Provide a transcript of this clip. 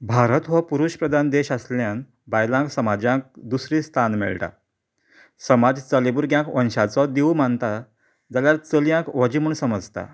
भारत हो पुरूश प्रधान देश आशिल्यान बायलांक समाजांत दुसरें स्थान मेळटा समाज चले भुरग्याक वंशाचो दिवो मानता जाल्यार चलयांक वजें म्हणून समजता